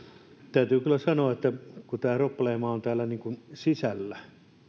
täytyy kyllä sanoa että tämä probleema on täällä niin kuin sisällä se